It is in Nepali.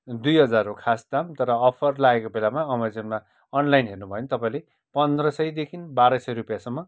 दुई हजार हो खास दाम तर अफर लागेको बेलामा एमाजोनमा अनलाइन हेर्नुभयो भने तपाईँहरूले पन्ध्र सयदेखिन् बाह्र सय रुपियाँसम्म